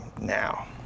now